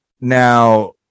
now